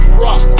rock